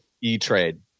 E-trade